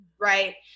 Right